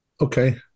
Okay